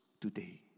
today